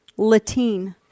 Latine